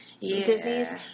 Disney's